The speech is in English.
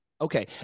Okay